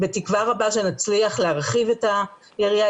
בתקווה רבה שנצליח להרחיב את היריעה.